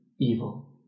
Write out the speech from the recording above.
evil